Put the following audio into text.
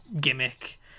gimmick